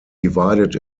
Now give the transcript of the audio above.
divided